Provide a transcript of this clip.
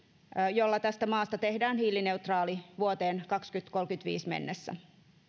jolla tästä maasta tehdään hiilineutraali vuoteen kaksituhattakolmekymmentäviisi mennessä